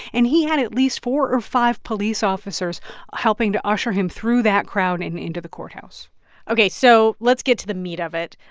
and he had at least four or five police officers helping to usher him through that crowd and into the courthouse ok. so let's get to the meat of it.